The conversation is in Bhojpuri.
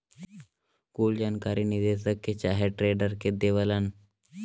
कुल जानकारी निदेशक के चाहे ट्रेडर के देवलन